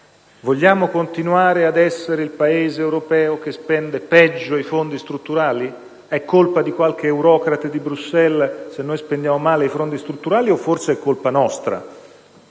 Vogliamo continuare ad essere il Paese che spende peggio i fondi strutturali? È colpa di qualche eurocrate di Bruxelles se noi spendiamo male i fondi strutturali, o non è forse colpa nostra